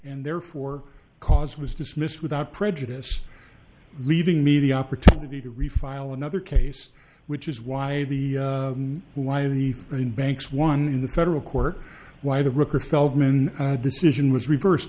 and therefore cause was dismissed without prejudice leaving me the opportunity to refile another case which is why the who i leave in banks won in the federal court why the record feldman decision was reverse